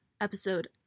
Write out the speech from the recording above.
episode